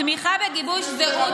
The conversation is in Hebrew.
תמיכה וגיבוש זהות,